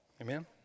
Amen